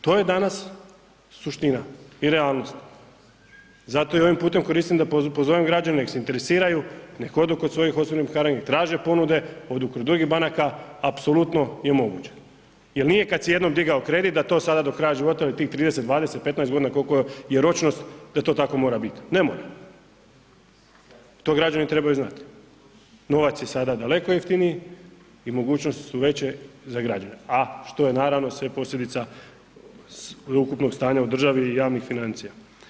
To je danas suština i realnost, zato i ovim putem koristim da pozovem građane nek se interesiraju, nek odu kod svojih osobnih bankara i nek traže ponude, odu kod drugih banaka, apsolutno je moguće jel nije kad si jednom digao kredit da to sada do kraja života u tih 30., 20., 15.g. kolko je ročnost da to tako mora bit, ne mora, to građani trebaju znati, novac je sada daleko jeftiniji i mogućnosti su veće za građane, a što je naravno sve posljedica sveukupnog stanja u državi i javnih financija.